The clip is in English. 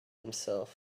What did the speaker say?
himself